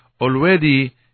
already